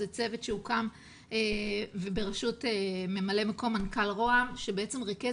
זה צוות שהוקם בראשות ממלא מקום מנכ"ל רוה"מ שריכז